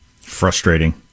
Frustrating